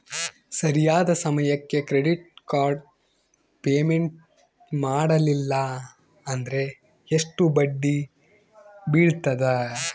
ಸರಿಯಾದ ಸಮಯಕ್ಕೆ credit card payment ಮಾಡಲಿಲ್ಲ ಅಂದ್ರೆ ಎಷ್ಟು ಬಡ್ಡಿ ಬೇಳ್ತದ?